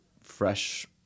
fresh